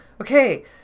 okay